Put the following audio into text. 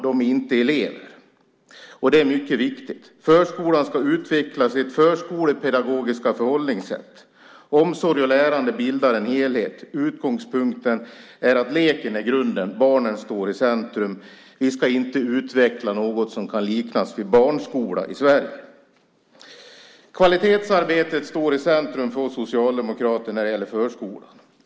De är inte elever, och det är mycket viktigt. Förskolan ska utveckla sitt förskolepedagogiska förhållningssätt. Omsorg och lärande bildar en helhet. Utgångspunkten är att leken är grunden. Barnen står i centrum. Vi ska inte utveckla något som kan liknas vid barnskola i Sverige. Kvalitetsarbetet står i centrum för oss socialdemokrater när det gäller förskolan.